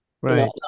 Right